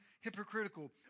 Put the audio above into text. hypocritical